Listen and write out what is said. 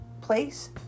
place